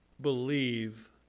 believe